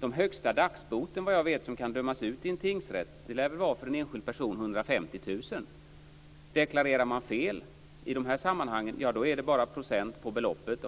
Den högsta dagsboten som kan dömas ut i en tingsrätt för en enskild person lär vara 150 000 kr. Om man deklarerar fel i dessa sammanhang, då handlar det bara om procent på beloppet.